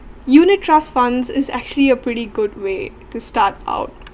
unit trust funds is actually a pretty good way to start out